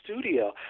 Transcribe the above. studio